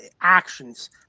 actions